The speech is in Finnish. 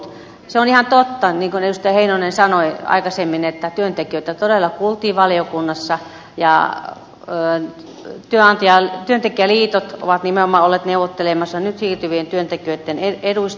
se on ihan totta niin kuin edustaja heinonen sanoi aikaisemmin että työntekijöitä todella kuultiin valiokunnassa ja työntekijäliitot ovat nimenomaan olleet neuvottelemassa nyt siirtyvien työntekijöitten eduista